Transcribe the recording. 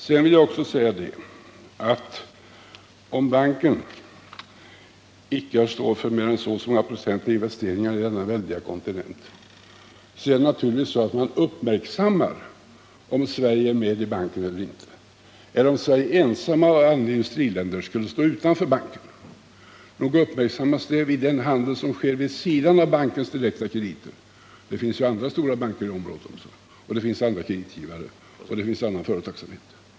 Sedan vill jag också säga att även om banken inte står för mer än så och så många procent av investeringarna på denna väldiga kontinent, så uppmärksammas det naturligtvis om Sverige är med i banken eller inte eller om Sverige ensamt av alla industriländer skulle stå utanför. Nog uppmärksammas det vid den handel som sker vid sidan av bankens direkta krediter. Det finns ju andra stora banker i området också, och det finns andra kreditgivare och annan företagsamhet.